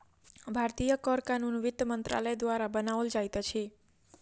भारतीय कर कानून वित्त मंत्रालय द्वारा बनाओल जाइत अछि